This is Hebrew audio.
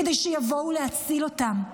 כדי שיבואו להציל אותם.